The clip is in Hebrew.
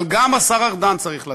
אבל גם השר ארדן צריך לדעת,